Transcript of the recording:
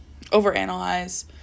overanalyze